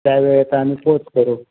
त्या वेळेत आम्ही पोहोच करू